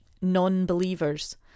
non-believers